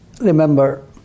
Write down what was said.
remember